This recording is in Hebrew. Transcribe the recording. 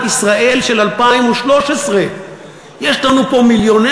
ישראל של 2013. יש לנו פה מיליונרים,